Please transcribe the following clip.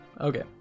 okay